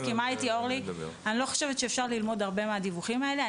אורלי מסכימה איתי אני לא חושבת שאפשר ללמוד הרבה מהדיווחים האלה.